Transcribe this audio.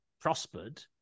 prospered